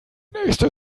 nächste